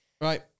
Right